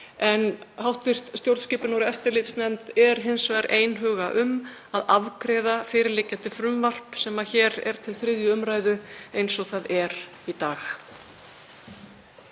En hv. stjórnskipunar- og eftirlitsnefnd er hins vegar einhuga um að afgreiða fyrirliggjandi frumvarp sem hér er til 3. umr. eins og það er í dag.